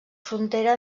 frontera